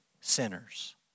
sinners